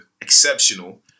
exceptional